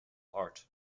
art